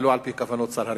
ולא על-פי כוונות שר הרווחה,